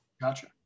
Gotcha